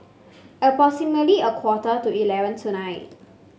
approximately a quarter to eleven tonight